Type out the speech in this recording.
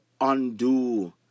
undo